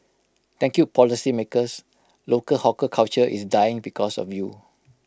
thank you policymakers local hawker culture is dying because of you